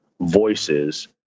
voices